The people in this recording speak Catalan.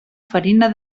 farina